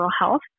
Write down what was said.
health